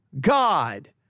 God